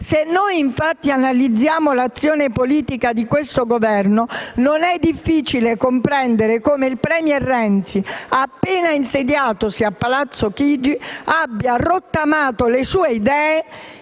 Infatti, se analizziamo l'azione politica di questo Governo, non è difficile comprendere come il *premier* Renzi, appena insediatosi a Palazzo Chigi, abbia rottamato le sue idee